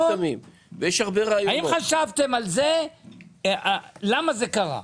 האם חשבתם למה זה קרה,